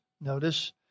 notice